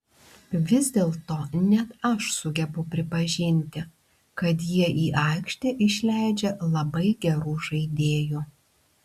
vis dėlto net aš sugebu pripažinti kad jie į aikštę išleidžia labai gerų žaidėjų